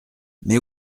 mais